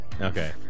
Okay